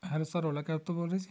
hello sir Ola cab ਤੋਂ ਬੋਲ ਰਹੇ ਜੀ